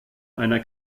einer